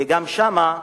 גם שם,